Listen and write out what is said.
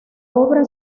obra